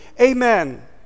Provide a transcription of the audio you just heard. amen